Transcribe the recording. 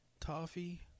toffee